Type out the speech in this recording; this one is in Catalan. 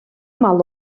mala